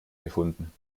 gefunden